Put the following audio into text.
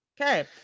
Okay